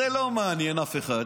זה לא מעניין אף אחד,